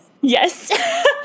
yes